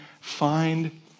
find